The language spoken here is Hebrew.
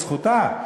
זו זכותה,